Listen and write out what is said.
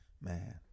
Man